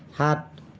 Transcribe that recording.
সাত